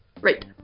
Right